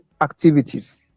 activities